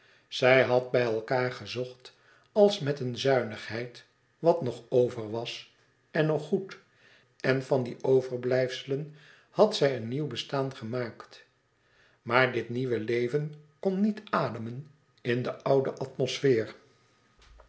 zij had bij elkaâr gezocht als met een zuinigheid wat nog over was en nog goed en van die overblijfselen had zij zich een nieuw bestaan gemaakt maar dit nieuwe leven kon niet ademen in de oude atmosfeer